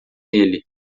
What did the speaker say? ele